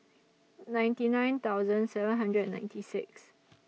ninety nine thousand seven hundred and ninety six